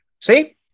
see